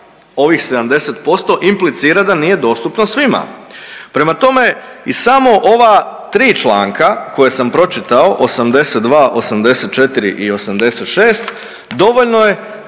ovih 70% implicira da nije dostupno svima. Prema tome, iz samo ova 3 članka koje sam pročitao 82., 84. i 86. dovoljno je